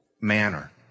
manner